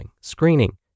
screening